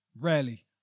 Rarely